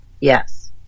Yes